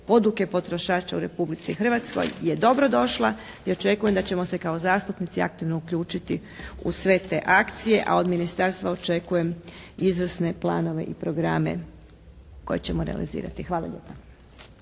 poduke potrošača u Republici Hrvatskoj je dobrodošla i očekujem da ćemo se kao zastupnici aktivno uključiti u sve te akcije a od ministarstva očekujem izvrsne planove i programe koje ćemo realizirati. Hvala lijepa.